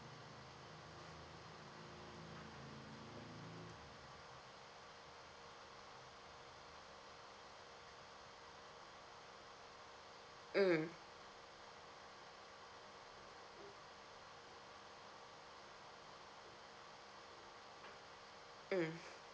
mm